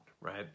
Right